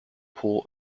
pool